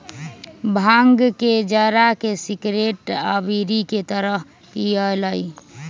भांग के जरा के सिगरेट आ बीड़ी के तरह पिअईली